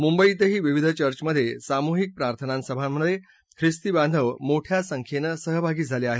मुंबईतही विविध चर्चमधे सामुहिक प्रार्थनासभांमधे ख्रिस्ती बांधव मोठया संख्येनं सहभागी झाले आहेत